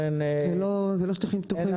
אלה לא שטחים פתוחים.